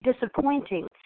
disappointing